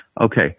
Okay